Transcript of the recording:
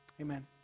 amen